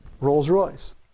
Rolls-Royce